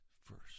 first